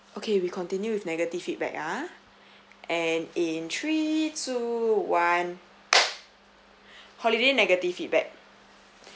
okay we continue with negative feedback ah and in three two one holiday negative feedback